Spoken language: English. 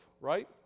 right